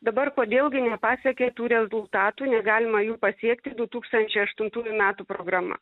dabar kodėl gi nepasiekė tų rezultatų negalima jų pasiekti du tūkstančiai aštuntųjų metų programa